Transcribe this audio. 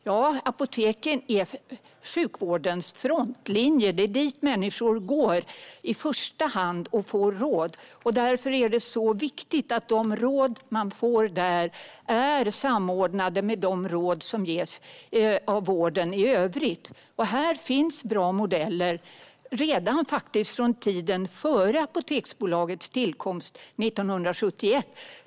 Ja, apoteken är sjukvårdens frontlinje. Det är dit människor går i första hand för att få råd. Därför är det så viktigt att de råd man får där är samordnade med de råd som ges av vården i övrigt. Här finns bra modeller, faktiskt redan från tiden före Apoteksbolagets tillkomst 1971.